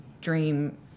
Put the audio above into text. dream